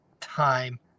time